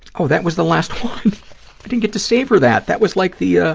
oh, that was the last one. i didn't get to savor that. that was like the, ah